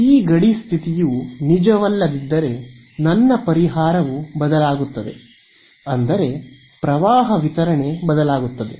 ಈ ಗಡಿ ಸ್ಥಿತಿಯು ನಿಜವಲ್ಲದಿದ್ದರೆ ನನ್ನ ಪರಿಹಾರವು ಬದಲಾಗುತ್ತದೆ ಅಂದರೆ ಪ್ರವಾಹ ವಿತರಣೆ ಬದಲಾಗುತ್ತದೆ